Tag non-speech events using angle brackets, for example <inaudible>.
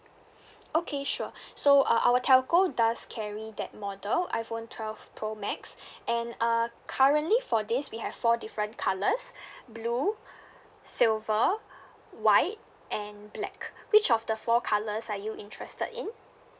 okay sure <breath> so uh our telco does carry that model iphone twelve pro max <breath> and uh currently for this we have four different colours <breath> blue <breath> silver white and black which of the four colours are you interested in